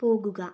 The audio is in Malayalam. പോകുക